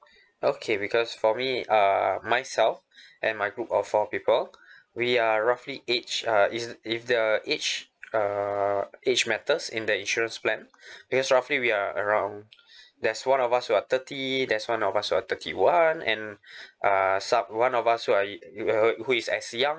okay because for me uh myself and my group of four people we are roughly age uh if if the age err age matters in the insurance plan because roughly we are around there's one of us who are thirty there's one of us who are thirty one and uh sub one of us who are e uh who is as young